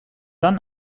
dann